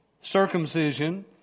circumcision